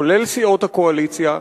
כולל סיעות הקואליציה.